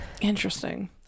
interesting